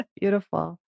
Beautiful